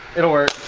it'll work